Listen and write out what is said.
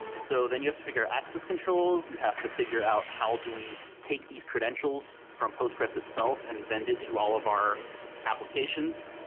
so then you have to figure access controls. you have to figure out how do we take these credentials from postgres itself and vend it to all of our applications,